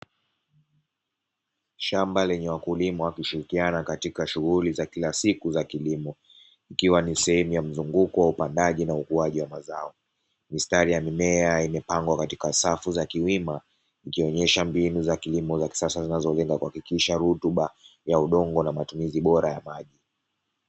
Shamba lenye wakulima wakishirikiana katika shughuli za kila siku za kilimo, ikiwa ni sehemu ya mzunguko wa upandaji na ukuaji wa mazao. Mistari ya mimea imepangwa katika safu za kiwima ikionyesha mbinu za kilimo za kisasa zinazoweza kuhakikisha rutuba ya udongo na matumizi bora ya maji.